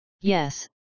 yes